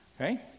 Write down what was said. Okay